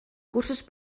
cursos